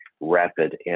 rapid